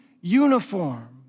uniform